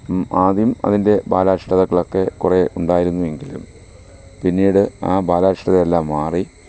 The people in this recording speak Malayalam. ആദ്യം അതിന്റെ ബാലാഷ്ടതകളൊക്കെ കുറെ ഉണ്ടായിരുന്നുവെങ്കിലും പിന്നീട് ആ ബാലാഷ്ടതയെല്ലാം മാറി